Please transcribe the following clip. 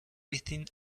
within